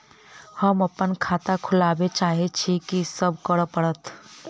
हम अप्पन खाता खोलब चाहै छी की सब करऽ पड़त?